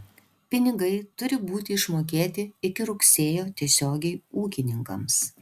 pinigai turi būti išmokėti iki rugsėjo tiesiogiai ūkininkams